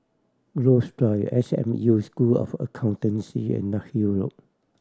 Groves Drive S M U School of Accountancy and Larkhill Road